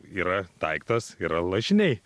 yra daiktas yra lašiniai